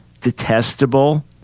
detestable